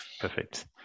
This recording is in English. Perfect